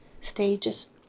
stages